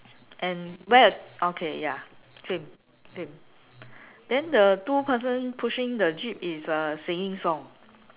and wear a okay ya same same then the two person pushing the jeep is uh singing song